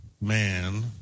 man